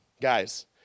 guys